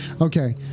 Okay